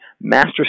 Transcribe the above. master